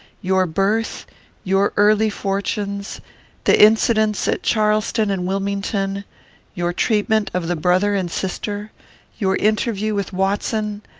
your birth your early fortunes the incidents at charleston and wilmington your treatment of the brother and sister your interview with watson,